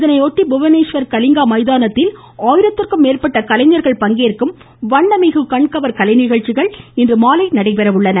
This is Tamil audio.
இதையொட்டி புவனேஸ்வர் கலிங்கா மைதானத்தில் ஆயிரத்திற்கும் மேற்பட்ட கலைஞர்கள் பங்கேற்கும் வண்ணமிகு கண்கவர் கலை நிகழ்ச்சிகள் இன்று மாலை நடைபெறுகின்றன